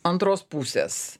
antros pusės